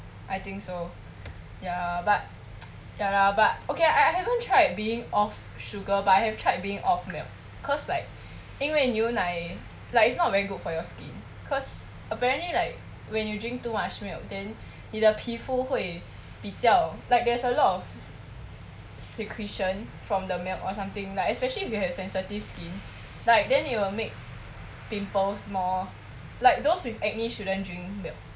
I think so ya but ya lah but okay I haven't tried being off sugar but I have tried being off milk cause like 因为牛奶 like it's not very good for your skin because apprently like when you drink too much milk then 你的皮肤会比较 like there's a lot of secretion from the milk or something lah especially if you have sensitive skin like then it will make pimples more like those with acne shouldn't drink milk